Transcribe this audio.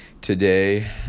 today